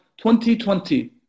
2020